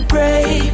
Break